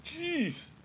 Jeez